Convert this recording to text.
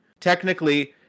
technically